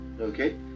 Okay